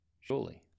surely